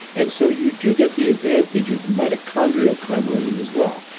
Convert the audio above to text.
and so, you do get the advantage of mitochondrial collaborism as well.